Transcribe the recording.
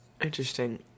Interesting